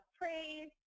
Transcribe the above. praise